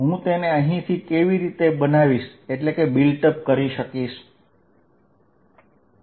હું તેને અહીંથી કેવી રીતે બનાવી કરી શકું